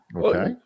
Okay